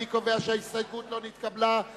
אני קובע שההסתייגות לא נתקבלה.